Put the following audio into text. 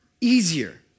easier